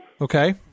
Okay